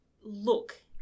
look